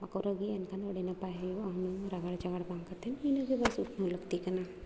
ᱵᱟᱠᱚ ᱨᱟᱹᱜᱤᱜᱼᱟ ᱮᱱᱠᱷᱟᱱ ᱟᱹᱰᱤ ᱱᱟᱯᱟᱭ ᱦᱩᱭᱩᱜᱼᱟ ᱦᱩᱱᱟᱹᱝ ᱨᱟᱜᱟᱲ ᱪᱟᱜᱟᱲ ᱵᱟᱝ ᱠᱟᱛᱮᱫ ᱤᱱᱟᱹᱜᱮ ᱵᱮᱥ ᱩᱛᱱᱟᱹᱣ ᱞᱟᱹᱠᱛᱤ ᱠᱟᱱᱟ